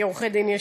כי עורכי-דין יש,